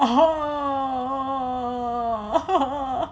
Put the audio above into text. oh